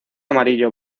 amarillo